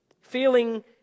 Feeling